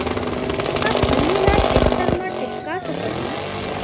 का फल्ली ल टेकटर म टिपका सकथन?